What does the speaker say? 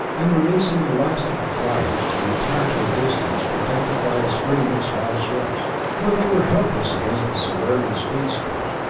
and releasing the last of the fliers, to retire to a distance, protected by a screen of small ships, for they were helpless against the solarian speedsters.